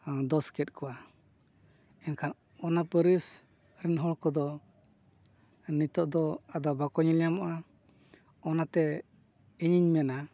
ᱫᱳᱥ ᱠᱮᱫ ᱠᱚᱣᱟ ᱮᱱᱠᱷᱟᱱ ᱚᱱᱟ ᱯᱟᱹᱨᱤᱥ ᱨᱮᱱ ᱦᱚᱲ ᱠᱚᱫᱚ ᱱᱤᱛᱳᱜ ᱫᱚ ᱟᱫᱚ ᱵᱟᱠᱚ ᱧᱮᱞ ᱧᱟᱢᱚᱜᱼᱟ ᱚᱱᱟᱛᱮ ᱤᱧᱤᱧ ᱢᱮᱱᱟ